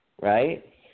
right